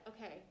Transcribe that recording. okay